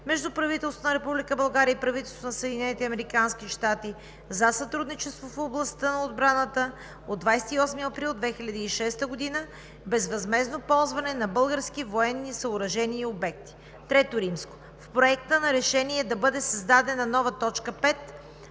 между правителството на Република България и правителството на Съединените американски щати за сътрудничество в областта на отбраната от 28 април 2006 г., безвъзмездно ползване на български военни съоръжения и обекти.“ III. В Проекта на решение да бъде създадена нова т. 5: